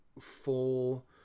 full